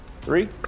three